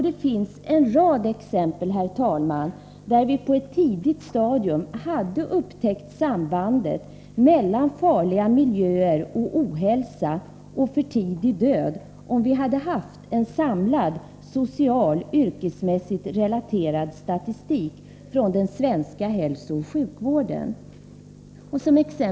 Det finns, herr talman, en rad exempel där vi på ett tidigt stadium skulle ha upptäckt sambandet mellan farliga miljöer och ohälsa och för tidig död, om vi hade haft en samlad socialt/yrkesmässigt relaterad statistik från den svenska hälsooch sjukvården.